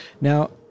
Now